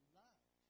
love